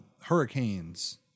hurricanes